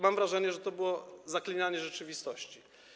Mam wrażenie, że to było zaklinanie rzeczywistości.